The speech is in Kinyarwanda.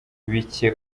bike